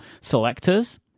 selectors